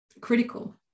critical